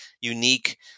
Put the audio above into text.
unique